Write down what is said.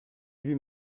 lui